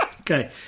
Okay